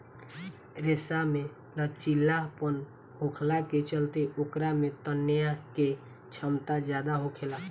रेशा में लचीलापन होखला के चलते ओकरा में तनाये के क्षमता ज्यादा होखेला